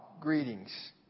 greetings